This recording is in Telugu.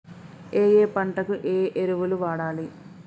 ఏయే పంటకు ఏ ఎరువులు వాడాలి?